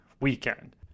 Weekend